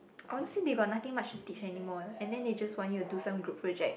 honestly we got nothing much to teach anymore and then they just want you to do some group project